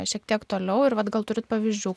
šiek tiek toliau ir vat gal turit pavyzdžių